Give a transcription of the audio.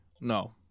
no